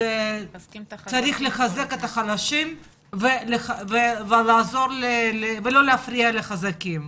צריך לחזק את החלשים ולא להפריע לחזקים.